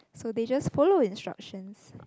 so they just follow instruction